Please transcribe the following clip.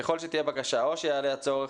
ככל שתהיה בקשה או שיעלה הצורך,